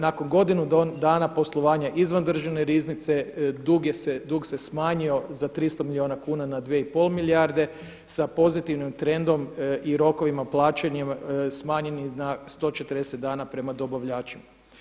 Nakon godinu dana poslovanja izvan Državne riznice dug se smanjio za 300 milijuna kuna na 2,5 milijarde sa pozitivnim trendom i rokovima plaćanja smanjenim na 140 dana prema dobavljačima.